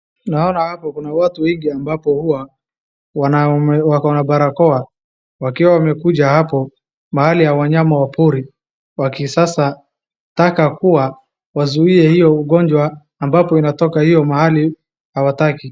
Naona hapa kuna watu wengi ambapo huwa wako na barakoa wakiwa wamekuja hapo mahali ya wanyama wa pori wakisasa taka kuwa wazuie hiyo ugonjwa ambapo inatoka hiyo mahali hawataki.